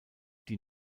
die